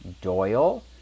Doyle